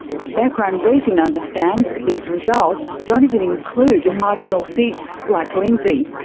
but background briefing understands these results don't even include marginal seats, like lindsay.